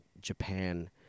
Japan